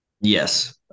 Yes